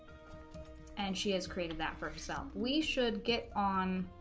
and she has created that for herself we should get on